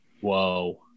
Whoa